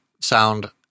sound